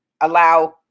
allow